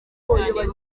cyane